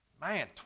man